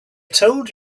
told